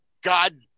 God